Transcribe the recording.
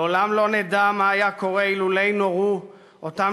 לעולם לא נדע מה היה קורה אילולא נורו אותם